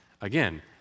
Again